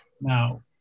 Now